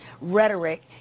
rhetoric